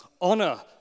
honor